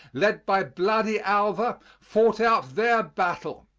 led by bloody alva, fought out their battle.